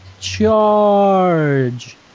charge